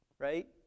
Right